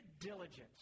diligence